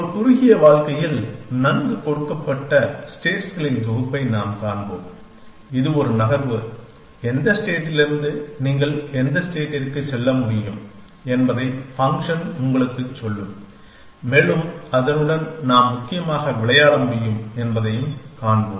ஒரு குறுகிய வாழ்க்கையில் நன்கு கொடுக்கப்பட்ட ஸ்டேட்ஸ்களின் தொகுப்பை நாம் காண்போம் இது ஒரு நகர்வு எந்த ஸ்டேட்டிலிருந்து நீங்கள் எந்த ஸ்டேட்டிற்கு செல்ல முடியும் என்பதை ஃபங்க்ஷன் உங்களுக்குச் சொல்லும் மேலும் அதனுடன் நாம் முக்கியமாக விளையாட முடியும் என்பதைக் காண்போம்